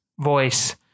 voice